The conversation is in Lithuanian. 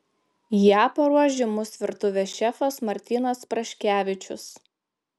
ją paruoš žymus virtuvės šefas martynas praškevičius